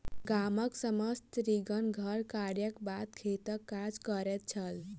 गामक समस्त स्त्रीगण घर कार्यक बाद खेतक काज करैत छल